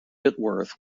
whitworth